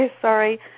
sorry